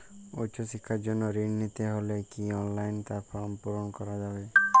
উচ্চশিক্ষার জন্য ঋণ নিতে হলে কি অনলাইনে তার ফর্ম পূরণ করা যাবে?